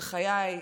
בחיי,